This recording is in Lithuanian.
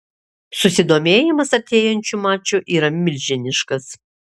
susidomėjimas artėjančiu maču yra milžiniškas